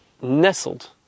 nestled